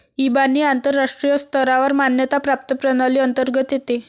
इबानी आंतरराष्ट्रीय स्तरावर मान्यता प्राप्त प्रणाली अंतर्गत येते